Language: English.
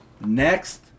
next